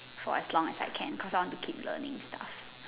for as long as I can cause I want to keep learning and stuff